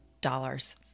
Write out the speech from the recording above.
dollars